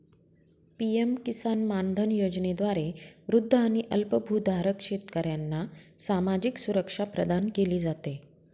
PM Kisan Maandhan योजनेद्वारे वृद्ध आणि अल्पभूधारक शेतकऱ्यांना सामाजिक सुरक्षा प्रदान केली जाते